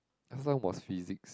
last time was Physics